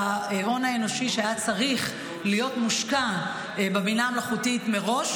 להון האנושי שהיה צריך להיות מושקע בבינה המלאכותית מראש.